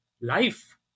life